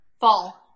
Fall